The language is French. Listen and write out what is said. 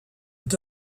est